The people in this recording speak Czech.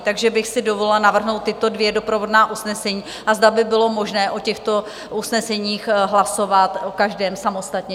Takže bych si dovolila navrhnout tato dvě doprovodná usnesení a zda by bylo možné o těchto usneseních hlasovat o každém samostatně.